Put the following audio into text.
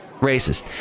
racist